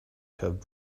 have